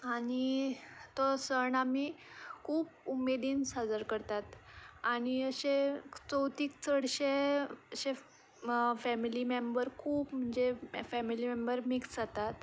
आनी तो सण आमी खूब उमेदीन साजर करतात आनी अशे चवथीक चडशे अशे फेमिली मेम्बर खूब म्हणजे फेमिली मेम्बर मिक्स जातात